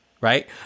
right